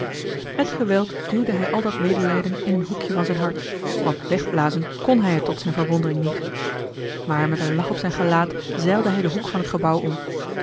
met geweld duwde hij al dat medelijden in een hoekje van zijn hart want wegblazen kn hij het tot zijn verwondering niet maar met een lach op zijn gelaat zeilde hij den hoek van t gebouw om